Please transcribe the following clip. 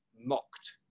mocked